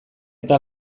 eta